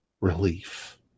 relief